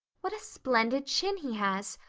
what a splendid chin he has!